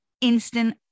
instant